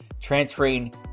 transferring